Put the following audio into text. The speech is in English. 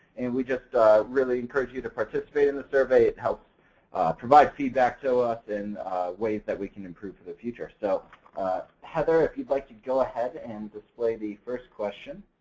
and we just really encourage you to participate in the survey. it helps provide feedback to us and ways that we can improve for the future. so heather, if you'd like to go ahead and display the first question.